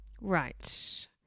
Right